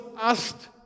asked